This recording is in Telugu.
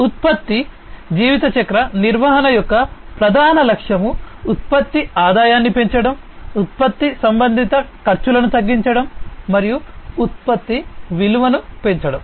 ఉత్పత్తి జీవితచక్ర నిర్వహణ యొక్క ప్రధాన లక్ష్యం ఉత్పత్తి ఆదాయాన్ని పెంచడం ఉత్పత్తి సంబంధిత ఖర్చులను తగ్గించడం మరియు ఉత్పత్తుల విలువను పెంచడం